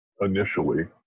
initially